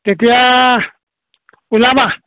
তেতিয়া ওলাবা